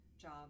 job